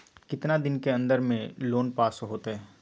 कितना दिन के अन्दर में लोन पास होत?